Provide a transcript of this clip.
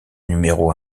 numéro